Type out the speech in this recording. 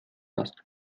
hast